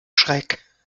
schreck